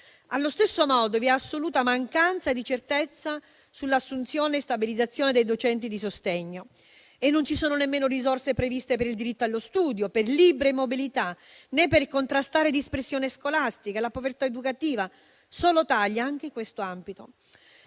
Allo stesso modo, vi è assoluta mancanza di certezza sull'assunzione e stabilizzazione dei docenti di sostegno e non ci sono nemmeno risorse previste per il diritto allo studio, libri e mobilità, né per contrastare la dispersione scolastica e la povertà educativa. Solo tagli anche in questo ambito.